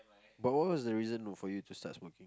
but what was the reason for you to start smoking